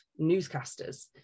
newscasters